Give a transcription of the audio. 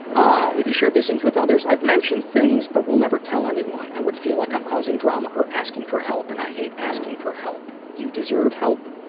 ah you shared these things with others? i've mentioned things but will never tell anyone. i would feel like i'm causing drama or asking for help and i hate asking for help. you deserve help.